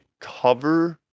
cover